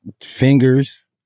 fingers